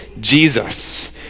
Jesus